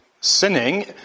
sinning